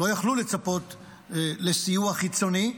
לא יכלו לצפות לסיוע חיצוני,